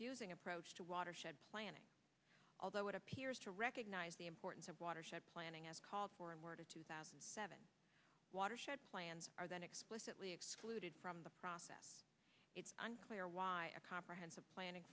fusing approach to watershed planning although it appears to recognise the importance of watershed planning as called for and word of two thousand and seven watershed plans are then explicitly excluded from the process it's unclear why a comprehensive planning